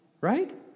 right